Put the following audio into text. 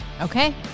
Okay